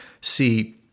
see